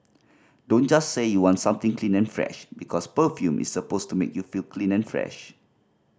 don't just say you want something clean and fresh because perfume is supposed to make you feel clean and fresh